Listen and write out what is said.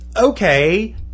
Okay